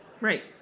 Right